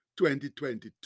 2022